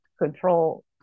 control